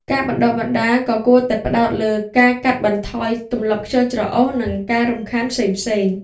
ការបណ្តុះបណ្តាលក៏គួរតែផ្តោតលើការកាត់បន្ថយទម្លាប់ខ្ជិលច្រអូសនិងការរំខានផ្សេងៗ។